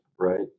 Right